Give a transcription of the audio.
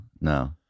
no